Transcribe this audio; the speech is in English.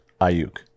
Ayuk